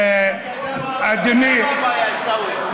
אתה יודע מה הבעיה, עיסאווי.